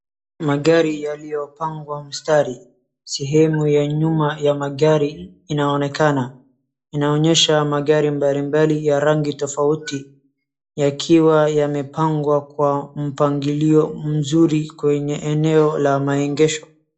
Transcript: Magari yaliyopagwa mstari. Sehemu ya nyuma ya magari inaonekana. Inaonyesha magari mbali mbali ya rangi tofauti yakiwa yamepagwa kwa mpangilio mzuri kwenye eneo la maegesho.